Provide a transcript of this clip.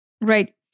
right